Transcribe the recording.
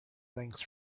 things